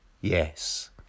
yes